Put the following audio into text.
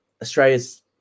Australia's